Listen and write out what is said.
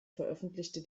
veröffentlichte